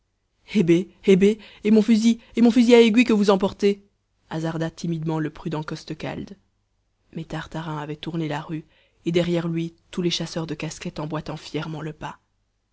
et mon fusil mon fusil à aiguille que vous emportez hasarda timidement le prudent costecalde mais tartarin avait tourné la rue et derrière lui tous les chasseurs de casquettes emboîtant fièrement le pas